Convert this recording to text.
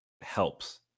helps